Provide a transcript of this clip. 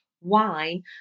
wine